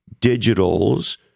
digitals